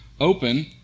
open